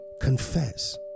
confess